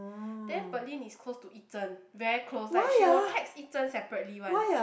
then Pearlyn is close to Yi-Zhen very close like she will text Yi-Zhen separately one